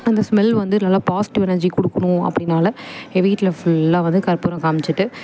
அந்த ஸ்மெல் வந்து நல்லா பாசிட்டிவ் எனர்ஜி கொடுக்கணும் அப்படினால எங்கள் வீட்டில் ஃபுல்லாக வந்து கற்பூரம் காமிச்சுட்டு